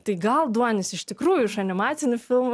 tai gal duonis iš tikrųjų iš animacinių filmų